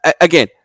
again